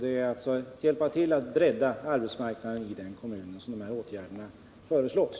Det är alltså för att hjälpa till att bredda arbetsmarknaden i kommunen som dessa åtgärder föreslås.